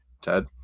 Ted